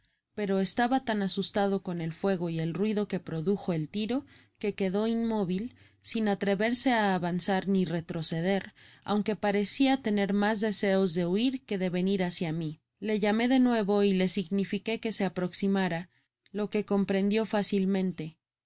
pero estaba tan asustado con el fuego y el ruido que produjo el tiro que quedó inmóvil sin atreverse á avanzar ni retroceder aunque parecia tener mas deseos de huir que de venir hácia mi le llamé de nuevo y le signifiquó que se aproximara lo que comprendio fácilmente dio